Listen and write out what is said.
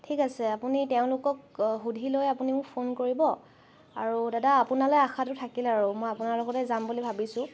ঠিক আছে আপুনি তেওঁলোকক সুধি লৈ আপুনি মোক ফোন কৰিব আৰু দাদা আপোনালৈ আশাটো থাকিল আৰু মই আপোনাৰ লগতে যাম বুলি ভাবিছোঁ